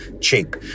cheap